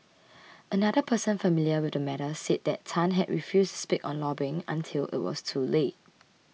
another person familiar with the matter said that Tan had refused to spend on lobbying until it was too late